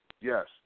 Yes